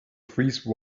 freeze